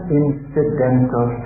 incidental